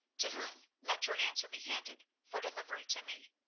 to whom let your answer be handed for delivery to me.